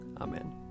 Amen